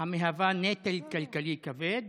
המהווה נטל כלכלי כבד?